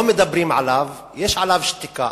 לא מדברים עליו, יש עליו שתיקה.